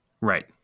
right